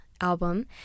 album